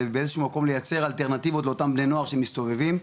באיזשהו מקום לייצר אלטרנטיבות לאותם בני נוער שמסתובבים.